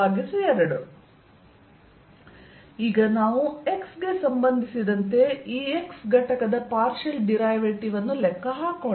Ezxyz14π0qz zx x2y y2z z232 ಈಗ ನಾವು x ಗೆ ಸಂಬಂಧಿಸಿದಂತೆ Ex ನ ಪಾರ್ಷಿಯಲ್ ಡಿರೈವೇಟಿವ್ ಅನ್ನು ಲೆಕ್ಕ ಹಾಕೋಣ